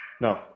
No